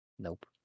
Nope